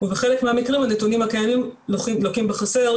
ובחלק מהמקרים הנתונים הקיימים לוקים בחסר,